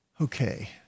okay